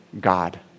God